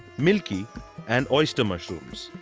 milky and oyster mushrooms.